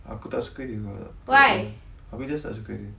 aku tak suka dia tak tahu aku just tak suka dia